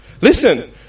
Listen